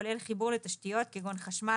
כולל חיבור לתשתיות כגון חשמל,